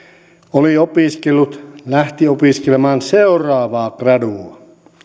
oli opiskellut lähti opiskelemaan seuraavaa gradua